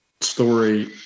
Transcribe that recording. story